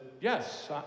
yes